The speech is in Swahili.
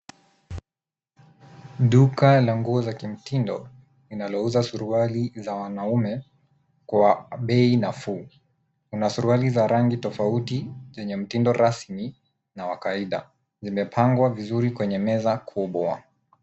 Duka la nguo za kimtindo, linalouza suruali za wanaume, kwa bei nafuu. Kuna suruali za rangi tofauti, zenye mtindo rasmi, na wa kawaida. Zimepangwa vizuri kwenye meza kubwa.